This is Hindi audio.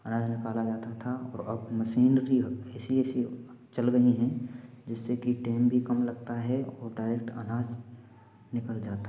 अनाज निकाला जाता था और अब मशीन ऐसी ऐसी चल गई हैं जिससे कि टाइम भी कम लगता है और डायरेक्ट अनाज निकल जाता है